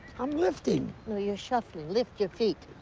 i'm lifting. no, you're shuffling. lift your feet.